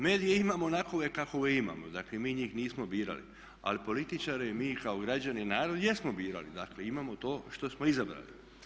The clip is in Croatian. Medije imamo onakve kakve imamo, dakle mi njih nismo birali ali političare mi kao građani i narod jesmo birali, dakle imamo to što smo izabrali.